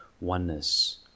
oneness